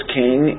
king